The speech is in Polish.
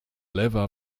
lewa